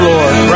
Lord